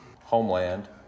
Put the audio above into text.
homeland